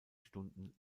stunden